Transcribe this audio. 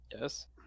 Yes